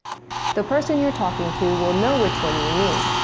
the person you're talking to will know which one you mean,